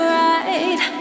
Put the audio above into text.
right